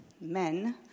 men